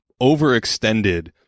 overextended